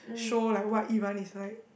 show like what Iran is like